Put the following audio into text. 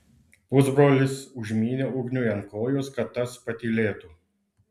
pusbrolis užmynė ugniui ant kojos kad tas patylėtų